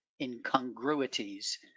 incongruities